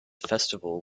festival